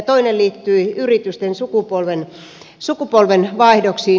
toinen liittyi yritysten sukupolvenvaihdoksiin